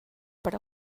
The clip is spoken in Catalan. per